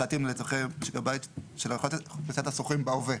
להתאים לצרכי אוכלוסיית השוכרים בהווה.